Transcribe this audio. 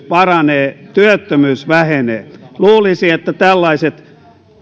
paranee työttömyys vähenee luulisi että tällaiset